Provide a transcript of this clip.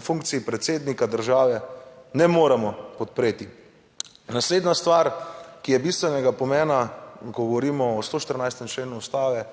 funkciji predsednika države, ne moremo podpreti. Naslednja stvar, ki je bistvenega pomena, ko govorimo o 114. členu Ustave,